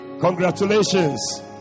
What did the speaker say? Congratulations